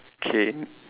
K